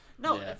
No